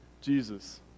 Jesus